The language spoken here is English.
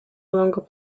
longer